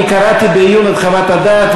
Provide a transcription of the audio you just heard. אני קראתי בעיון את חוות הדעת,